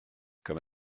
comme